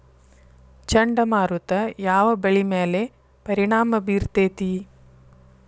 ಚಂಡಮಾರುತ ಯಾವ್ ಬೆಳಿ ಮ್ಯಾಲ್ ಪರಿಣಾಮ ಬಿರತೇತಿ?